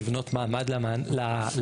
לבנות מעמד למטפלות,